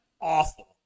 awful